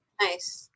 Nice